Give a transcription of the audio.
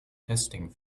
testing